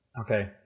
Okay